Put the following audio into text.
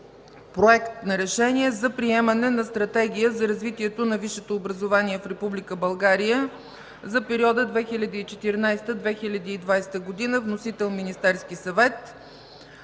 Проект за решение за приемане на Стратегия за развитие на висшето образование в Република България за периода 2014-2020 г. Вносител – Министерският съвет.